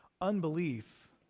unbelief